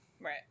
Right